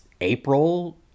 April